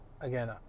again